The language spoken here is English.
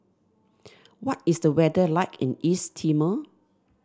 what is the weather like in East Timor